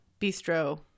bistro